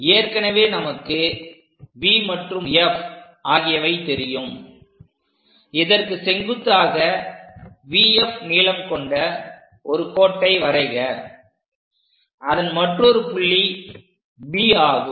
ஏற்கனவே நமக்கு V மற்றும் F ஆகியவை தெரியும் இதற்கு செங்குத்தாக VF நீளம் கொண்ட ஒரு கோட்டை வரைக அதன் மற்றொரு புள்ளி B ஆகும்